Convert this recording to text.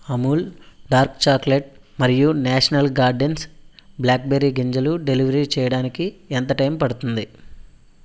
Amul dark chocolate మరియు national gardens blackberry గింజలు delivery చేయడానికి ఎంత టైం పడుతుంది